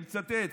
אני מצטט,